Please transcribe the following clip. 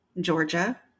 georgia